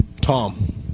tom